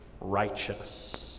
righteous